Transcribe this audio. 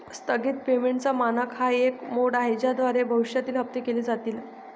स्थगित पेमेंटचा मानक हा एक मोड आहे ज्याद्वारे भविष्यातील हप्ते केले जातील